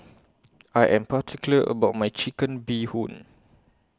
I Am particular about My Chicken Bee Hoon